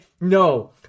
no